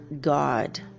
God